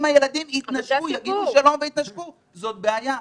אם הילדים יגידו שלום ויתנשקו זו בעיה.